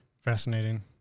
Fascinating